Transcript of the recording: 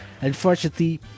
unfortunately